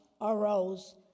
arose